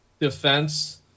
defense